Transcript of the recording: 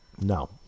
no